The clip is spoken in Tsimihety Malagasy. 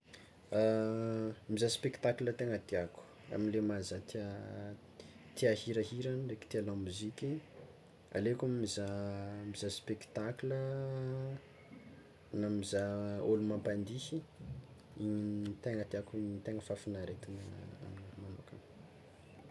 Mizaha spectacle tegna tiàko amle maha zah tià tià hirahira ndreky tià lamoziky, aleoko mizaha mizaha spectacle na mizaha ôlo mampandihy, igny tegna tiàko igny tegna fahafinaretana.